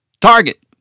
Target